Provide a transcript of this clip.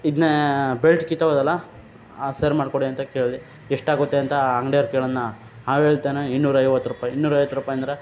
ಇದನ್ನೆ ಬೆಲ್ಟ್ ಕಿತ್ತೋಗದಲ್ಲ ಸರಿ ಮಾಡ್ಕೊಡಿ ಅಂತ ಕೇಳಿದೆ ಎಷ್ಟಾಗುತ್ತೆ ಅಂತಾ ಅಂಗ್ಡಿಯವ್ರು ಕೇಳಿದ್ನ ಆಗ ಹೇಳ್ತಾನೆ ಇನ್ನೂರೈವತ್ತು ರುಪಾಯಿ ಇನ್ನೂರೈವತ್ತು ರುಪಾಯಿ ಅಂದರೆ